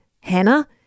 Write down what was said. Hannah